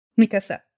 Mikasa